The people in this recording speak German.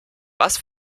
was